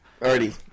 Already